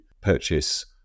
purchase